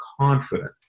confident